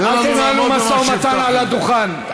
אל תנהלו משא-ומתן על הדוכן.